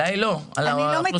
עליי לא אלא על האוכלוסייה.